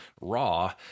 raw